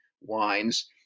wines